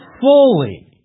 fully